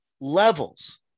levels